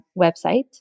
website